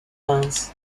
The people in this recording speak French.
reims